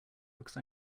because